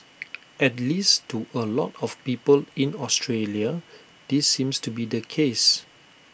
at least to A lot of people in Australia this seems to be the case